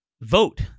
Vote